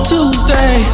Tuesday